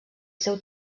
seu